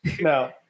No